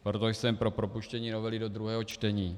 Proto jsem pro propuštění novely do druhého čtení.